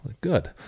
Good